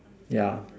yeah